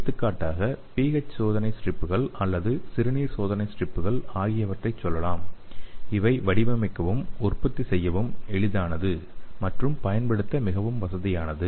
எடுத்துக்காட்டுகளாக pH சோதனை ஸ்ட்ரிப்புகள் அல்லது சிறுநீர் சோதனை ஸ்ட்ரிப்புகள் ஆகியவற்றை சொல்லலாம் இவை வடிவமைக்கவும் உற்பத்தி செய்யவும் எளிதானது மற்றும் பயன்படுத்த மிகவும் வசதியானது